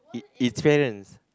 it it's parents